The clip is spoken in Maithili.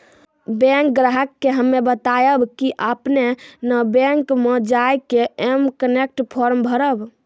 बैंक ग्राहक के हम्मे बतायब की आपने ने बैंक मे जय के एम कनेक्ट फॉर्म भरबऽ